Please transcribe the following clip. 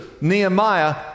Nehemiah